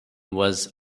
was